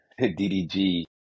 DDG